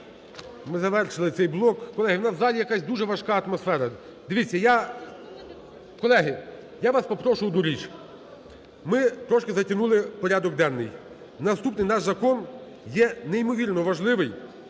Ми завершили цей блок. Колеги, у нас в залі якась дуже важка атмосфера. Дивіться, я… Колеги, я вас попрошу одну річ, ми трошки затягнули порядок денний і наступний наш закон є неймовірно важливий,